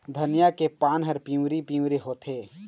धनिया के पान हर पिवरी पीवरी होवथे?